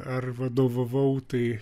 ar vadovavau tai